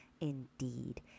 indeed